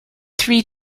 three